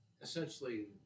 Essentially